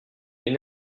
une